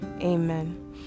amen